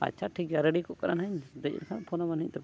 ᱟᱪᱪᱷᱟ ᱴᱷᱤᱠ ᱜᱮᱭᱟ ᱨᱮᱰᱤ ᱠᱚᱜ ᱠᱟᱱᱟ ᱦᱟᱸᱜ ᱤᱧ ᱫᱮᱡ ᱮᱱᱠᱷᱟᱱ ᱯᱷᱳᱱᱟᱢᱟ ᱧ ᱦᱟᱸᱜ ᱛᱚᱵᱮ